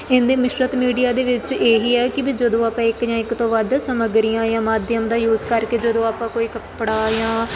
ਇਹਦੇ ਮਿਸ਼ਰਤ ਮੀਡੀਆ ਦੇ ਵਿੱਚ ਇਹੀ ਹੈ ਕਿ ਵੀ ਜਦੋਂ ਆਪਾਂ ਇੱਕ ਜਾਂ ਇੱਕ ਤੋਂ ਵੱਧ ਸਮੱਗਰੀਆਂ ਜਾਂ ਮਾਧਿਅਮ ਦਾ ਯੂਜ ਕਰਕੇ ਜਦੋਂ ਆਪਾਂ ਕੋਈ ਕੱਪੜਾ ਜਾਂ